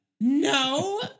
no